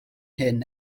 hyn